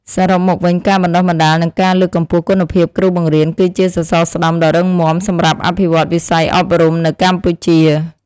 សរុបមកវិញការបណ្តុះបណ្តាលនិងការលើកកម្ពស់គុណភាពគ្រូបង្រៀនគឺជាសសរស្តម្ភដ៏រឹងមាំសម្រាប់អភិវឌ្ឍវិស័យអប់រំនៅកម្ពុជា។